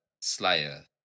Slayer